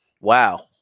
Wow